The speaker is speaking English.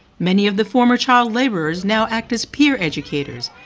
many of the former child labourers now act as peer educators,